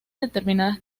determinadas